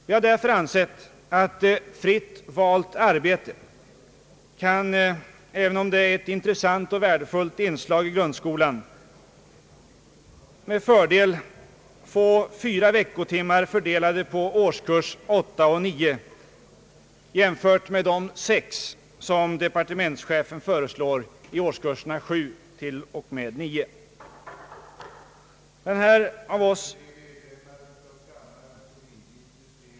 Vi har därför ansett att fritt valt arbete, även om det är ett intressant och värdefullt inslag i grundskolan, med fördel kan få fyra veckotimmar fördelade på årskurs 8 och 9 jämfört med de sex veckotimmar som departementschefen föreslår i årskurserna 7 till och med 9.